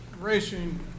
racing